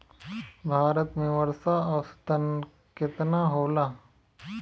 भारत में वर्षा औसतन केतना होला?